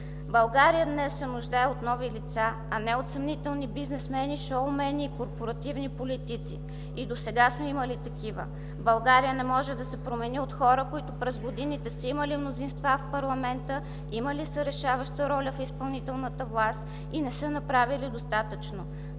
България днес се нуждае от нови деца, а не от съмнителни бизнесмени, шоумени и корпоративни политици. И досега сме имали такива. България не може да се промени от хора, които през годините са имали мнозинства в парламента, имали са решаваща роля в изпълнителната власт и не са направили достатъчно.